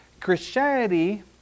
Christianity